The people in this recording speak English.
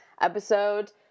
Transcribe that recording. episode